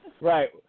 right